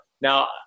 Now